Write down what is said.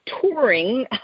touring